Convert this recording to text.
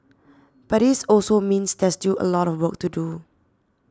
but this also means there's still a lot of work to do